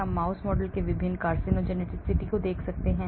हम mouse model में विभिन्न कार्सिनोजेनेसिटी देख सकते हैं